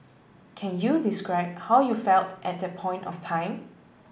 can you describe how you felt at that point of time